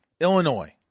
illinois